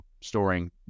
storing